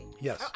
Yes